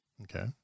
Okay